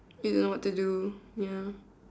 you don't know what to do ya